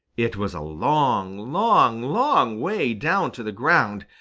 it was a long, long, long way down to the ground,